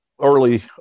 early